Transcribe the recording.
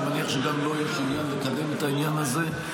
אני מניח שגם לו יש עניין לקדם את העניין הזה.